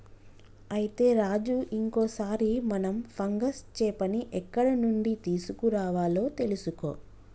అయితే రాజు ఇంకో సారి మనం ఫంగస్ చేపని ఎక్కడ నుండి తీసుకురావాలో తెలుసుకో